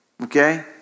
Okay